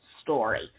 story